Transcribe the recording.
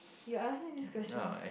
you ask me this question